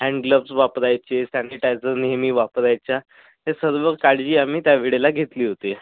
hand gloves वापरायचे sanitiser नेहमी वापरायचा ते सर्व काळजी आम्ही त्यावेळेला घेतली होती